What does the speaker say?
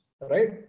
right